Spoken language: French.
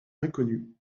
inconnues